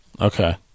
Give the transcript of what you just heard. Okay